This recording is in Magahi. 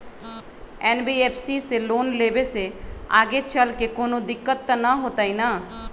एन.बी.एफ.सी से लोन लेबे से आगेचलके कौनो दिक्कत त न होतई न?